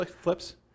flips